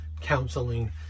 counseling